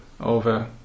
over